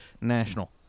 National